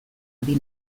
ari